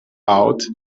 out